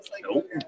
Nope